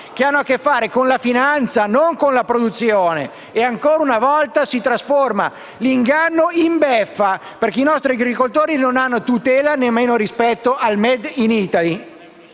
che hanno a che fare con la finanza, e non con la produzione. Ancora una volta si trasforma l'inganno in beffa, perché i nostri agricoltori non hanno tutela nemmeno rispetto al *made in Italy*.